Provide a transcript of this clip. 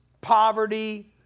poverty